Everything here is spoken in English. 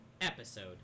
Episode